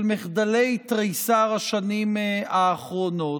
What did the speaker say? של מחדלי תריסר השנים האחרונות.